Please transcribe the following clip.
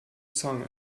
zange